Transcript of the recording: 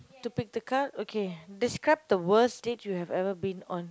to pick the card okay describe the worst date you have ever been on